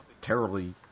terribly